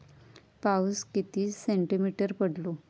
पाऊस किती सेंटीमीटर पडलो?